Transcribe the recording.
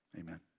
amen